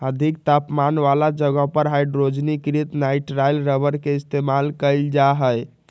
अधिक तापमान वाला जगह पर हाइड्रोजनीकृत नाइट्राइल रबर के इस्तेमाल कइल जा हई